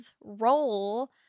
role